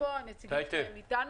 הנציגים שלהן אתנו?